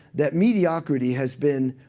that mediocrity has been